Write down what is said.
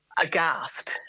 aghast